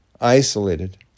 isolated